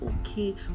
okay